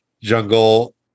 jungle